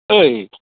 ऐ